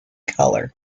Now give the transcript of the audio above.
color